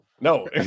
No